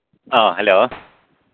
ꯑ ꯍꯂꯣ